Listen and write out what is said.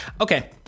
Okay